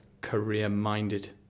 career-minded